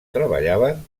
treballaven